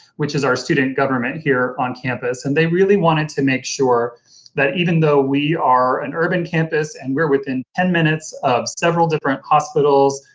which is our student government here on campus, and they really wanted to make sure that even though we are an urban campus and we're within ten minutes of several different hospitals,